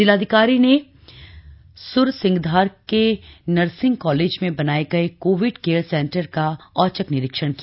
जिलाधिकारी ने सुरसिंगधार के नर्सिंग कालेज में बनाये गए कोविड केयर सेंटर का औचक निरीक्षण किया